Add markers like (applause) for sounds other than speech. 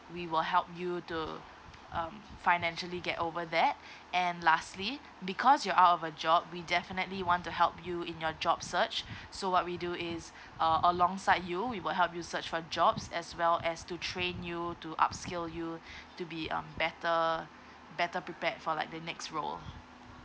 we will help you to um financially get over that and lastly because you're out of a job we definitely want to help you in your job search so what we do is uh alongside you we will help you search for jobs as well as to train you to upskill you (breath) to be um better better prepared for like the next role